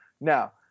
Now